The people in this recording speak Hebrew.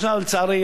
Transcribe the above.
לצערי,